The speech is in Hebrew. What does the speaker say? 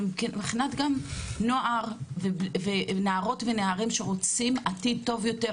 ומבחינת נוער - נערות ונערים שרוצים עתיד יותר,